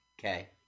Okay